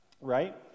right